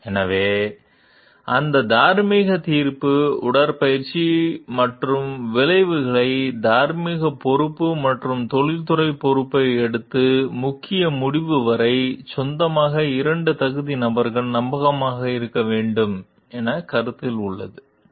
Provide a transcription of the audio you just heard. எனவே அந்த தார்மீக தீர்ப்பு உடற்பயிற்சி மற்றும் விளைவுகளை தார்மீக பொறுப்பு மற்றும் தொழில்முறை பொறுப்பை எடுத்து முக்கியம் முடிவு வரை சொந்தமாக இரண்டு தகுதி நபர்கள் நம்பகமான இருக்க வேண்டும் என கருத்தில் உள்ளன